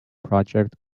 project